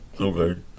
Okay